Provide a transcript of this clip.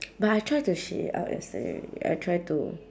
but I try to shit it out yesterday already I try to